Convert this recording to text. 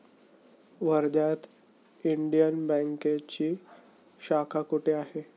वर्ध्यात इंडियन बँकेची शाखा कुठे आहे?